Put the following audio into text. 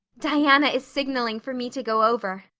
diana is signaling for me to go over,